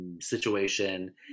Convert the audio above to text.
situation